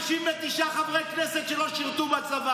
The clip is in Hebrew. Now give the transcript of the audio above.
יש לך 39 חברי כנסת שלא שירתו בצבא.